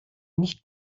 nicht